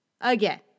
Again